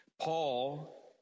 Paul